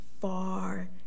far